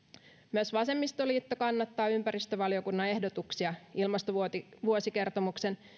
myös vasemmistoliitto kannattaa ympäristövaliokunnan ehdotuksia ilmastovuosikertomuksen